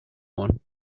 one